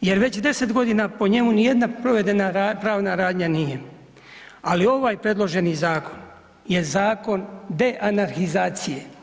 jer već 10 g. po njemu nijedna provedena pravna radnja nije, ali ovaj predloženi zakon je zakon deanarhizacije.